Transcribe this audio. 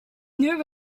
new